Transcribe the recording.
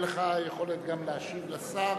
תהיה לך היכולת גם להשיב לשר.